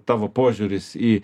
tavo požiūris į